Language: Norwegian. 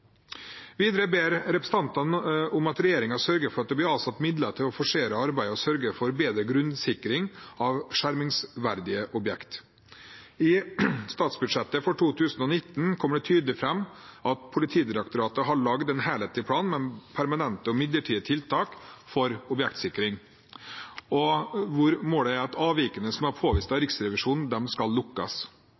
Videre ber representantene om at regjeringen sørger for at det blir avsatt midler til å forsere arbeidet og sørge for bedre grunnsikring av skjermingsverdige objekter. I statsbudsjettet for 2019 kom det tydelig fram at Politidirektoratet har laget en helhetlig plan med permanente og midlertidige tiltak for objektsikring, hvor målet er at avvikene som er påvist av Riksrevisjonen, skal lukkes.